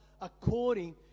according